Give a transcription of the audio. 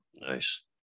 Nice